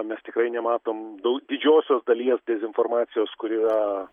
mes tikrai nematom daug didžiosios dalies dezinformacijos kuri yra